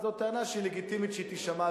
זו טענה שלגיטימי שהיא תישמע,